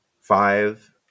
five